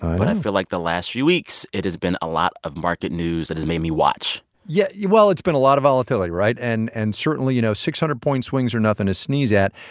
but i feel like the last few weeks, it has been a lot of market news that has made me watch yeah. well, it's been a lot of volatility, right? and, and certainly, you know, six hundred point swings are nothing to sneeze at.